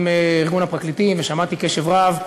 עם ארגון הפרקליטים ושמעתי אותם בקשב רב.